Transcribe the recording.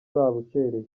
babukereye